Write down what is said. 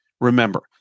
Remember